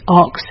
ox